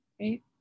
right